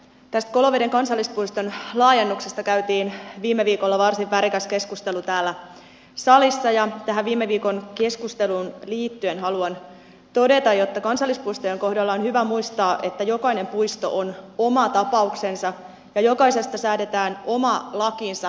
tästä koloveden kansallispuiston laajennuksesta käytiin viime viikolla varsin värikäs keskustelu täällä salissa ja tähän viime viikon keskusteluun liittyen haluan todeta jotta kansallispuistojen kohdalla on hyvä muistaa että jokainen puisto on oma tapauksensa ja jokaisesta säädetään oma lakinsa